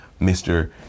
Mr